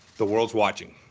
the world is watching.